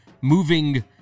moving